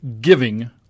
giving